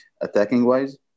attacking-wise